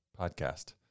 podcast